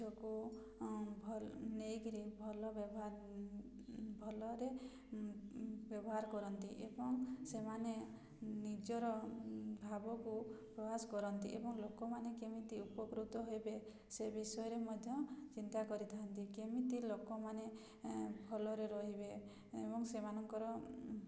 ନେଇକରି ଭଲ ଭଲରେ ବ୍ୟବହାର କରନ୍ତି ଏବଂ ସେମାନେ ନିଜର ଭାବକୁ ପ୍ରକାଶ କରନ୍ତି ଏବଂ ଲୋକମାନେ କେମିତି ଉପକୃତ ହେବେ ସେ ବିଷୟରେ ମଧ୍ୟ ଚିନ୍ତା କରିଥାନ୍ତି କେମିତି ଲୋକମାନେ ଭଲରେ ରହିବେ ଏବଂ ସେମାନଙ୍କର